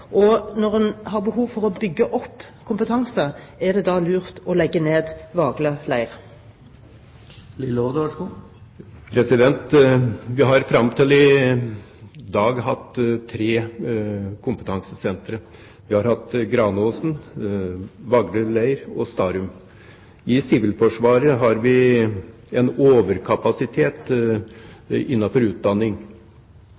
Og når en har behov for å bygge opp kompetanse, er det da lurt å legge ned Vagle leir? Vi har fram til i dag hatt tre kompetansesentre – Granåsen, Vagle leir og Starum. I Sivilforsvaret har vi en overkapasitet